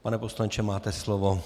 Pane poslanče, máte slovo.